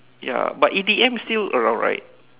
ya but E_D_M still around right